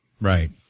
Right